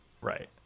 Right